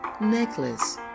Necklace